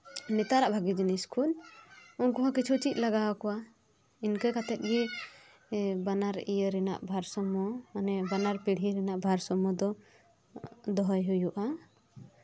ᱱᱮᱛᱟᱨᱟᱜ ᱵᱷᱟᱹᱜᱤ ᱡᱤᱱᱤᱥ ᱠᱚ ᱩᱱᱠᱩ ᱦᱚᱸ ᱠᱤᱪᱷᱩ ᱪᱮᱫ ᱞᱟᱜᱟᱣ ᱟᱠᱚᱣᱟ ᱤᱱᱠᱟᱹ ᱠᱟᱛᱮᱫ ᱜᱮ ᱵᱟᱱᱟᱨ ᱤᱭᱟᱹ ᱨᱮᱭᱟᱜ ᱵᱷᱟᱨ ᱥᱟᱢᱢᱚ ᱢᱟᱱᱮ ᱵᱟᱱᱟᱨ ᱯᱤᱲᱦᱤ ᱨᱮᱭᱟᱜ ᱵᱷᱟᱨ ᱥᱟᱢᱢᱚ ᱫᱚ ᱫᱚᱦᱚᱭ ᱦᱩᱭᱩᱜᱼᱟ